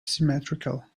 symmetrical